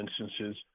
instances